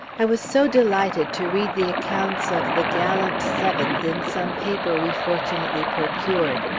i was so delighted to read the accounts of the gallant seventh in some paper we fortunately procured.